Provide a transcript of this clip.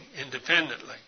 independently